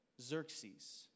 Xerxes